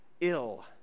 ill